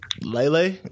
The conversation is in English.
Lele